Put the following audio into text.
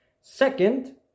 Second